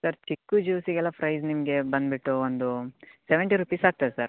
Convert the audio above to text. sir ಚಿಕ್ಕು ಜ್ಯುಸಿಗೆಲ್ಲ price ನಿಮಗೆ ಬಂದುಬಿಟ್ಟು ಒಂದು ಸೆವೆಂಟಿ ರುಪಿಸ್ ಆಗ್ತದೆ ಸರ್